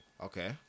Okay